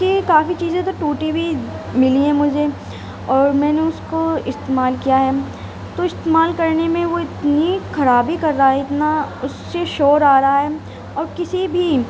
اس کی کافی چیزیں تو ٹوٹی ہوئی ملی ہیں مجھے اور میں نے اس کو استعمال کیا ہے تو استعمال کرنے میں وہ اتنی خرابی کر رہا ہے اتنا اس سے شور آ رہا ہے اور کسی بھی